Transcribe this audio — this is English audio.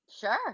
sure